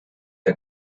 der